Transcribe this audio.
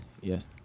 Yes